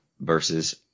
versus